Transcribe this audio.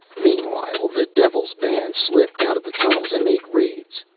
meanwhile, the devil's band slipped out of the tunnels and made raids.